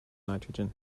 nitrogen